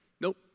Nope